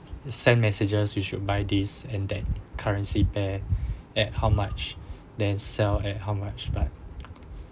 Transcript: send messages you should buy this and that currency pair at how much then sell at how much but